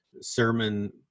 sermon